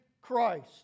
Christ